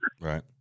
Right